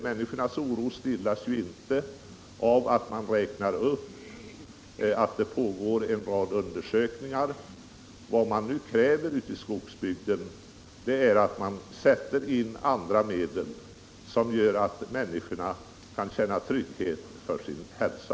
Människornas oro stillas ju inte av att man räknar upp en rad undersökningar som pågår. Människorna i skogsbygden kräver att det sätts in andra medel så att de kan känna trygghet för sin hälsa.